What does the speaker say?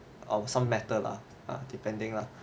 or some matter lah depending lah